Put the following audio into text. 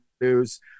news